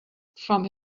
from